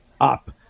up